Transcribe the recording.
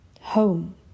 Home